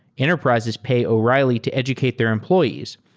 enterprises pay o'reilly to educate their employees,